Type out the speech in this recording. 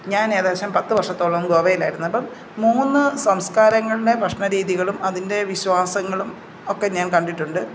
ഞാൻ ഏകദേശം പത്തു വർഷത്തോളം ഗോവയിലായിരുന്നപ്പം മൂന്നു സംസ്കാരങ്ങളിലെ ഭക്ഷണ രീതികളും അതിൻ്റെ വിശ്വാസങ്ങളും ഒക്കെ ഞാൻ കണ്ടിട്ടുണ്ട്